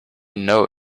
know